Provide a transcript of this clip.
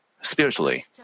spiritually